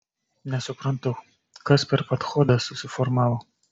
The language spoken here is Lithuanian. nesuprantu kas per padchodas susiformavo